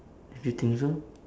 if you think so